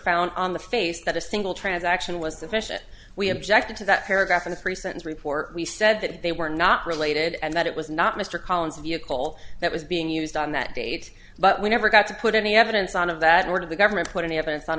found on the face that a single transaction was sufficient we objected to that paragraph in the pre sentence report we said that they were not related and that it was not mr collins vehicle that was being used on that date but we never got to put any evidence on of that order the government put in evidence non